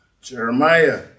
Jeremiah